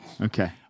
Okay